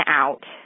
out